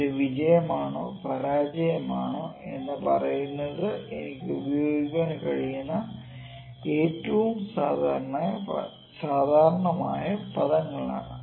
ഇത് വിജയമാണോ പരാജയമാണോ എന്ന് പറയുന്നത് എനിക്ക് ഉപയോഗിക്കാൻ കഴിയുന്ന ഏറ്റവും സാധാരണമായ പദങ്ങളാണ്